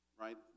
right